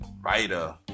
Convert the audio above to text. writer